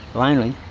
lonely.